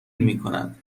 میکند